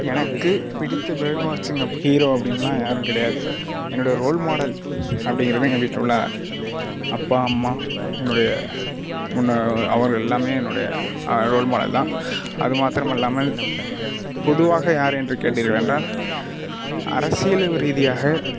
எனக்கு பிடித்த பேர்டு வாட்சிங் அப் ஹீரோ அப்படின்லாம் யாரும் கிடையாது என்னுடைய ரோல் மாடல் அப்படிங்கறது எங்கள் வீட்டில் உள்ள அப்பா அம்மா என்னுடைய முன்ன அவர்கள் எல்லாமே என்னுடைய ஆ ரோல் மாடல் தான் அது மாத்திரம் இல்லாமல் பொதுவாக யார் என்று கேட்டீர்கள் என்றால் அரசியல் ரீதியாக